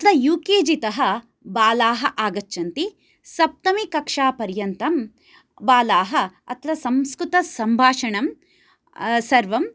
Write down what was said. अत्र युकेजी तः बालाः आगच्छन्ति सप्तमीकक्षा पर्यन्तं बालाः अत्र संस्कृतसम्भाषणं सर्वं